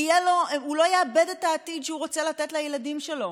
הוא לא יאבד את העתיד שהוא רוצה לתת לילדים שלו.